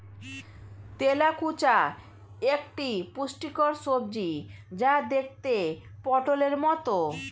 তেলাকুচা একটি পুষ্টিকর সবজি যা দেখতে পটোলের মতো